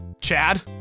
Chad